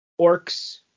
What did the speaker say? orcs